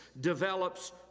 develops